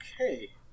Okay